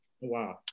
Wow